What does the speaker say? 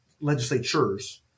legislatures